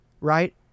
Right